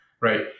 right